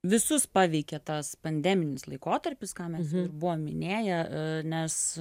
visus paveikė tas pandeminis laikotarpis ką mes buvom minėję nes